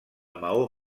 maó